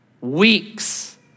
weeks